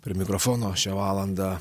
prie mikrofono šią valandą